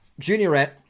Juniorette